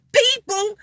people